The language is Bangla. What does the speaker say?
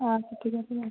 আচ্ছা ঠিক আছে